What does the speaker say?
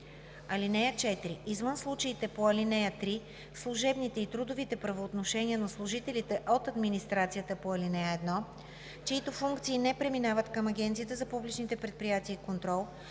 служител. (4) Извън случаите по ал. 3 служебните и трудовите правоотношения на служителите от администрацията по ал. 1, чиито функции не преминават към Агенцията за публичните предприятия и контрол,